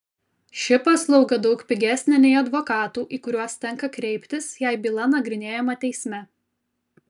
ši paslauga daug pigesnė nei advokatų į kuriuos tenka kreiptis jei byla nagrinėjama teisme